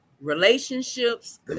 Relationships